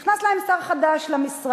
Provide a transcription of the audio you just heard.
נכנס להם שר חדש למשרד.